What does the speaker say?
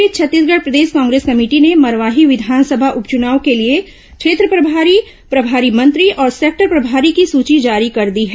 इस बीच छत्तीसगढ़ प्रदेश कांग्रेस कमेटी ने मरवाही विधानसभा उपचुनाव के लिए क्षेत्र प्रभारी प्रभारी मंत्री और सेक्टर प्रभारी की सूची जारी कर दी है